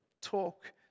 Talk